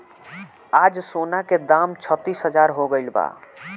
आज सोना के दाम छत्तीस हजार हो गइल बा